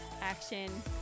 action